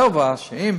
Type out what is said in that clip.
רזרבה, שאם